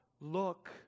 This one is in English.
look